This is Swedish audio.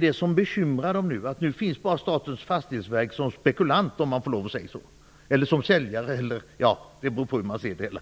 Det som bekymrar dem nu är att bara Statens fastighetsverk finns som spekulant eller som säljare - det beror på hur man ser det hela.